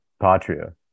patria